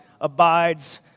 abides